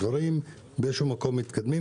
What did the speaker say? הדברים מתקדמים